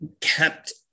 kept